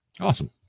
Awesome